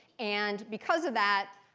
and because of that,